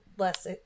less